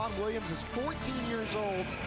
um williams is fourteen years old,